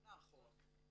שנה אחורה.